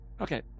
Okay